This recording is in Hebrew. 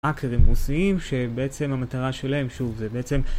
האקרים רוסיים שבעצם המטרה שלהם שוב זה בעצם